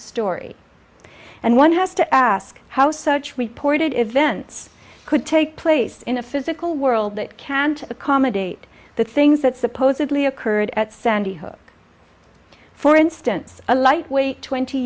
story and one has to ask how such reported events could take place in a physical world that can't accommodate the things that supposedly occurred at sandy hook for instance a lightweight twenty